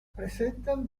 presentan